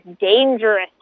dangerous